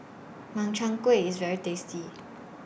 Makchang Gui IS very tasty